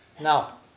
Now